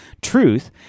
truth